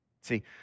See